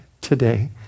today